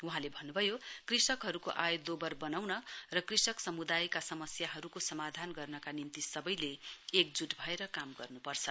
वहाँले भन्नुभयो कृषकहरूको आय दोबर बनाउन र कृषि समुदायका समस्याहरूको समाधान गर्नका निम्ति सबैले एकजुट भएर काम गर्नुपर्छ